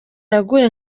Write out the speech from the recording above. yaguye